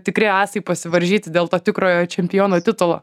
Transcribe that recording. tikri asai pasivaržyti dėl to tikrojo čempiono titulo